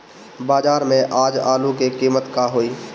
बाजार में आज आलू के कीमत का होई?